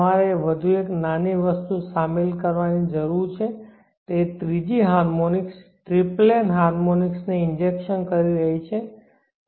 તમારે વધુ એક નાની વસ્તુ શામેલ કરવાની જરૂર છે જે ત્રીજી હાર્મોનિક્સ ટ્રિપ્લેન હાર્મોનિક્સને ઇન્જેક્શન કરી રહી છે